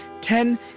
Ten